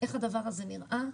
איך הדבר הזה נראה.